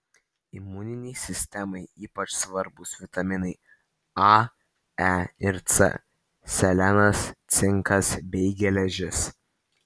imuninei sistemai ypač svarbūs vitaminai a e ir c selenas cinkas bei geležis